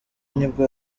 nibwo